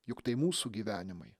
juk tai mūsų gyvenimai